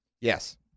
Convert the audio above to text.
Yes